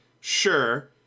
Sure